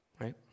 right